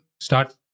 start